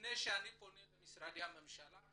לפני שאני פונה למשרדי הממשלה,